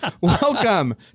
Welcome